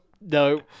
no